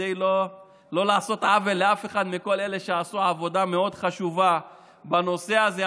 כדי לא לעשות עוול לאף אחד מכל אלה שעשו עבודה מאוד חשובה בנושא הזה.